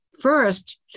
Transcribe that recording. First